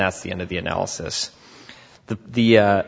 that's the end of the analysis the the